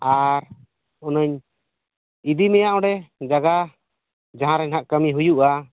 ᱟᱨ ᱩᱱᱟᱹᱝ ᱤᱫᱤ ᱢᱮᱭᱟ ᱚᱸᱰᱮ ᱡᱟᱭᱜᱟ ᱡᱟᱦᱟᱸ ᱨᱮ ᱱᱟᱦᱟᱜ ᱠᱟᱹᱢᱤ ᱦᱩᱭᱩᱜᱼᱟ